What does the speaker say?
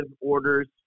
orders